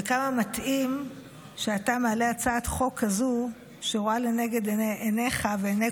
וכמה מתאים שאתה מעלה הצעת חוק כזו שרואה לנגד עיניך ועיני